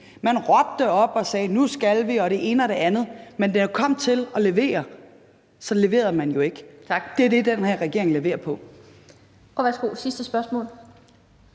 Man råbte op og sagde, at nu skal vi det ene og det andet, men da det kom til at levere, leverede man jo ikke. Det er det, den her regering leverer på.